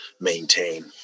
maintain